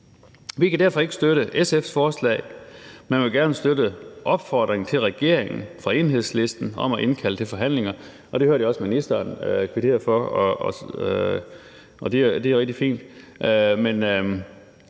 Vi kan derfor ikke støtte SF's forslag, men vi vil gerne støtte opfordringen fra Enhedslisten til regeringen om at indkalde til forhandlinger. Det hørte jeg også ministeren kvittere for, og det er rigtig fint.